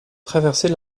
traverser